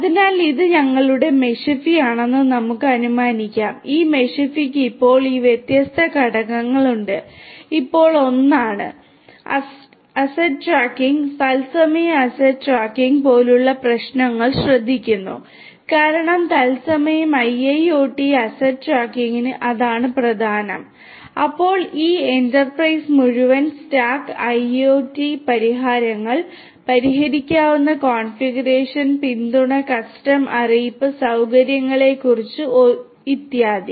അതിനാൽ ഇത് ഞങ്ങളുടെ മെഷിഫി ആണെന്ന് നമുക്ക് അനുമാനിക്കാം ഈ മെഷിഫിക്ക് ഇപ്പോൾ ഈ വ്യത്യസ്ത ഘടകങ്ങളുണ്ട് ഇപ്പോൾ 1 ആണ് അസറ്റ് ട്രാക്കിംഗ് തത്സമയം അസറ്റ് ട്രാക്കിംഗ് പോലുള്ള പ്രശ്നങ്ങൾ ശ്രദ്ധിക്കുന്നു കാരണം തത്സമയം IIoT അസറ്റ് ട്രാക്കിംഗിന് അതാണ് പ്രധാനം അപ്പോൾ ഈ എന്റർപ്രൈസ് മുഴുവൻ സ്റ്റാക്ക് IoT പരിഹാരങ്ങൾ പരിഹരിക്കാവുന്ന കോൺഫിഗറേഷൻ പിന്തുണ കസ്റ്റം അറിയിപ്പ് സൌകര്യങ്ങളെക്കുറിച്ച് സംസാരിക്കുന്നു ഇത്യാദി